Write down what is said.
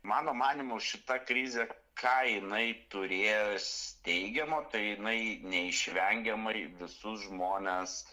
mano manymu šita krizė ką jinai turės teigiamo tai jinai neišvengiamai visus žmones